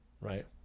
Right